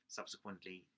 subsequently